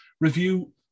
review